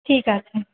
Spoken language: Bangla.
ঠিক আছে